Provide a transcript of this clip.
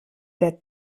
der